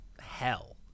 hell